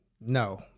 no